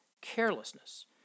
carelessness